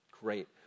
Great